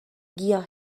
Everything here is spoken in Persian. گیاه